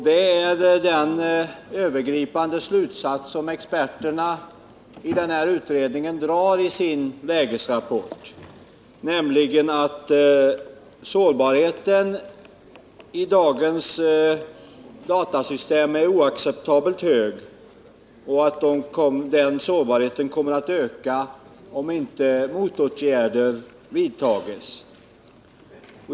Det är den övergripande slutsats som experterna i den här utredningen drar i sin lägesrapport, nämligen att sårbarheten i dagens datorsystem är oacceptabelt hög. Den sårbarheten kommer att öka om inte motåtgärder vidtas.